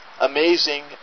amazing